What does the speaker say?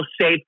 safe